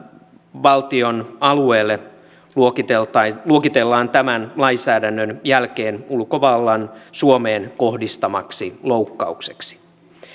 valtiomme alueelle luokitellaan tämän lainsäädännön jälkeen ulkovallan suomeen kohdistamaksi loukkaukseksi